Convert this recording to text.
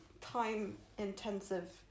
time-intensive